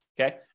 Okay